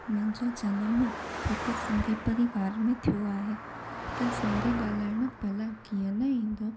मुंहिंजो जनम हिकु सिंधी परिवार में थियो आहे त सिंधी ॻाल्हाइण भला कीअं न ईंदो